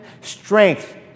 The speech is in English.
strength